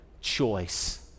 choice